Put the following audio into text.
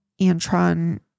Antron